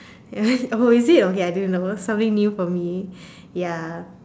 oh is it I didnt know something new for me ya